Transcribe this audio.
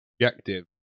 objective